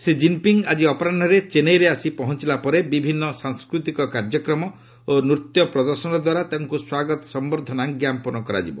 Shri Jinping ଆଜି ଅପରାହୁରେ ଚେନ୍ନାଇରେ ଆସି ପହଞ୍ଚଲା ପରେ ବିଭିନ୍ନ ସାଂସ୍କୃତିକ କାର୍ଯ୍ୟକ୍ରମ ଓ ନୃତ୍ୟ ପ୍ରଦର୍ଶନ ଦ୍ୱାରା ତାଙ୍କୁ ସ୍ୱାଗତ ସମ୍ଭର୍ଦ୍ଧନା ଜ୍ଞାପନ କରାଯିବ